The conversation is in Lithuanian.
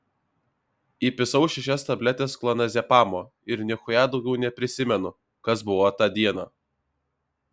įpisau šešias tabletes klonazepamo ir nichuja daugiau neprisimenu kas buvo tą dieną